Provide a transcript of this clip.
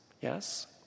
Yes